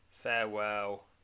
farewell